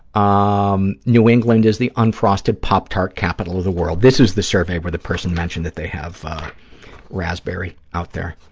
um new england is the unfrosted pop tart capital of the world. this was the survey where the person mentioned that they have raspberry out there,